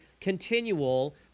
continual